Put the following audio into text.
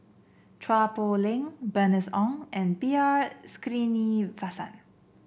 Chua Poh Leng Bernice Ong and B R Sreenivasan